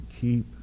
keep